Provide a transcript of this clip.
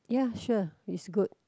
ya sure is good